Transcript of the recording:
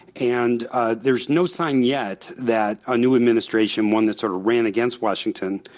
and ah there is no sign yet that a new administration, one that's sort of ran against washington,